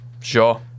sure